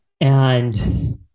and-